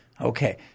Okay